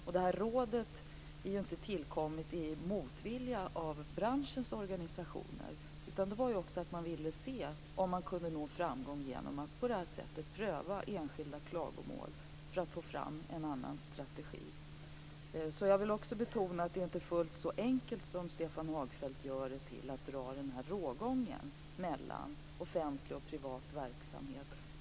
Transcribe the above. Rådet har inte tillkommit mot branschorganisationernas vilja, utan man ville också se om man kunde nå framgång genom att på det här sättet pröva enskilda klagomål för att få fram en annan strategi. Jag vill också betona att det inte är fullt så enkelt som Stefan Hagfeldt gör det till att dra rågången mellan offentlig och privat verksamhet.